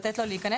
לתת לו להיכנס.